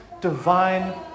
divine